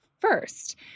first